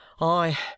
I